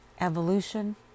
evolution